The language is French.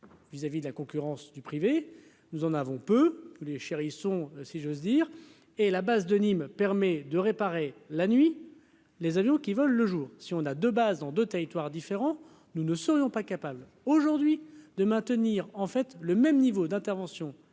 vis à vis de la concurrence du privé, nous en avons peu les chérissons, si j'ose dire et la base de Nîmes-permet de réparer la nuit, les avions qui volent le jour. Si on a de base dans 2 territoires différents, nous ne serions pas capables aujourd'hui de maintenir en fait le même niveau d'intervention